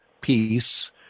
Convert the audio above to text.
Peace